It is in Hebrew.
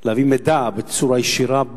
להביא מידע בצורה ישירה,